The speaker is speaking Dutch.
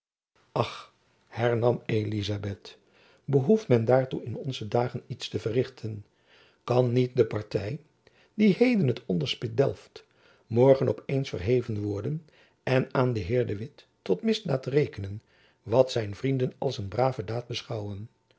ach hernam elizabeth behoeft men daartoe in onze dagen iets te verrichten kan niet de party die heden t onderspit delft morgen op eens verheven worden en aan den heer de witt tot misdaad rekenen wat zijn vrienden als een brave daad beschouwen